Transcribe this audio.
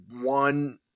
one